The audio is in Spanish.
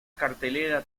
cartelera